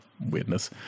weirdness